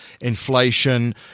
inflation